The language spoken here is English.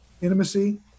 intimacy